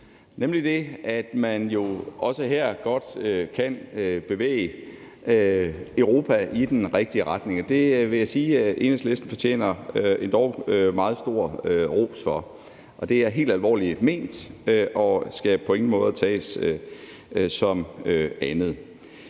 nemlig det, at man jo også her godt kan bevæge Europa i den rigtige retning. Det vil jeg sige Enhedslisten fortjener endog meget stor ros for, og det er helt alvorligt ment og skal på ingen måde tages som andet.